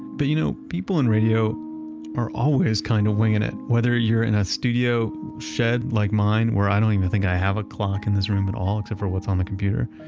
but you know, people in radio are always kind of winging it. whether you're in a studio shed like mine, where i don't even think i have a clock in these room at all, except for what's on the computer.